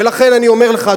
ולכן אני אומר לך,